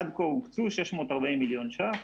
עד כה הוקצו 640 מיליון שקלים,